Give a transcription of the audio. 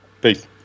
Peace